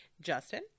Justin